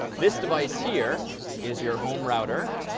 this device here is your home router.